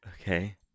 Okay